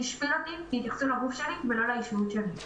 זה השפיל אותי כי התייחסו לגוף שלי ולא לאישיות שלי.